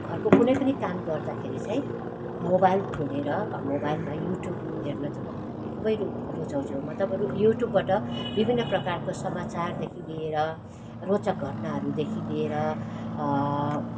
घरको कुनै पनि काम गर्दाखेरि चै मोबाइल खोलेर मोबाइलमा युट्युब हेर्न चाहिँ म खुबै रु रुचाउँछु मतलब युट्युबबाट विभिन्न प्रकारको समाचारदेखि लिएर रोचक घटनाहरूदेखि लिएर